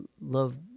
love